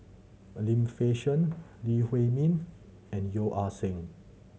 Lim Fei Shen Lee Huei Min and Yeo Ah Seng